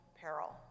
peril